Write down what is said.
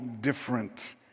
different